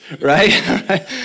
right